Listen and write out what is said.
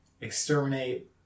Exterminate